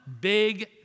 big